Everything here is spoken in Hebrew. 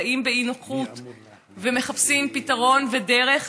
זעים באי-נוחות ומחפשים פתרון ודרך,